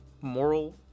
moral